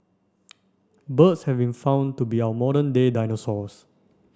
birds have been found to be our modern day dinosaurs